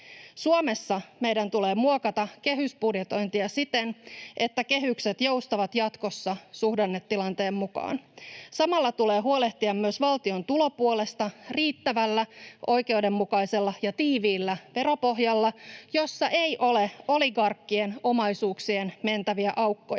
Suomessa meidän tulee muokata kehysbudjetointia siten, että kehykset joustavat jatkossa suhdannetilanteen mukaan. Samalla tulee huolehtia myös valtion tulopuolesta riittävällä, oikeudenmukaisella ja tiiviillä veropohjalla, jossa ei ole oligarkkien omaisuuksien mentäviä aukkoja.